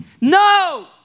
no